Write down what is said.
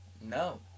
No